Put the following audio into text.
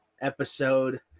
episode